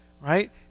right